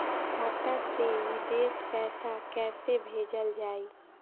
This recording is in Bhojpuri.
खाता से विदेश पैसा कैसे भेजल जाई?